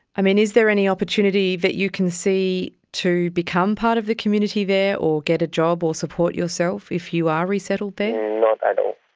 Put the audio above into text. is there any opportunity that you can see to become part of the community there or get a job or support yourself if you are resettled there? not at all.